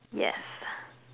yes